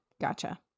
Gotcha